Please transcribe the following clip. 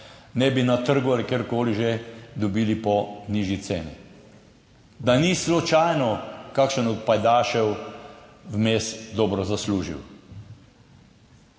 ne bi na trgu ali karkoli že dobili po nižji ceni? Da ni slučajno kakšen od pajdašev vmes dobro zaslužil.